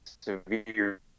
severe